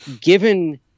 given